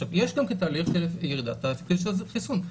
עכשיו יש כאן תהליך של ירידת האפקטיביות של החיסון,